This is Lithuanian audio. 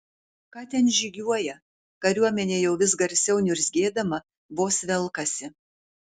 ką ten žygiuoja kariuomenė jau vis garsiau niurzgėdama vos velkasi